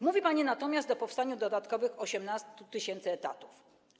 Mówi pani natomiast o powstaniu dodatkowych 18 tys. etatów.